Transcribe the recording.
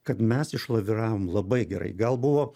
kad mes išlaviravom labai gerai gal buvo